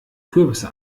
kürbisse